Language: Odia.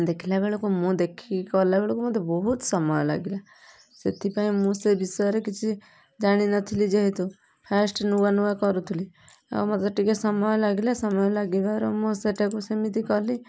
ଦେଖିଲା ବେଳକୁ ମୁଁ ଦେଖିକି କଲା ବେଳକୁ ମୋତେ ବହୁତ ସମୟ ଲାଗିଲା ସେଥିପାଇଁ ମୁଁ ସେ ବିଷୟରେ କିଛି ଜାଣିନଥିଲି ଯେହେତୁ ଫାଷ୍ଟ ନୂଆ ନୂଆ କରୁଥିଲି ଆଉ ମତେ ଟିକେ ସମୟ ଲାଗିଲା ସମୟ ଲାଗିବାର ମୁଁ ସେଇଟାକୁ ସେମିତି କଲି